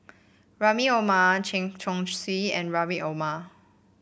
Rahim Omar Chen Chong Swee and Rahim Omar